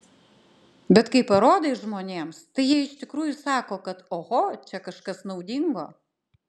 bet kai parodai žmonėms tai jie iš tikrųjų sako kad oho čia kažkas naudingo